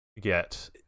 get